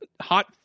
hot